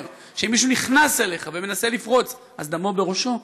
שאם מישהו נכנס אליך ומנסה לפרוץ אז דמו בראשו,